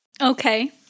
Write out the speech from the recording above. Okay